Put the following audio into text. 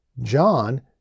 John